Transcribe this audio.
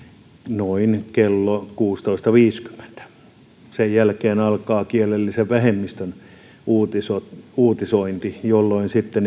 noin kello kuusitoista viisikymmentä sen jälkeen alkaa kielellisen vähemmistön uutisointi jolloin sitten